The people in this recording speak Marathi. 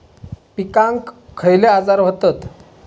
पिकांक खयले आजार व्हतत?